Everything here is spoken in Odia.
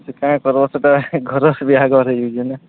ଯେ କାଏଁ କର୍ବ ସେଟା ବିହାଘରର୍ ହେଇଯାଉଛେ ନା